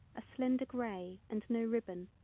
a slender grey and no ribbon,